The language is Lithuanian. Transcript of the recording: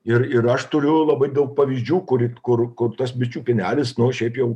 ir ir aš turiu labai daug pavyzdžių kur kur kur tas bičių pienelis nu šiaip jau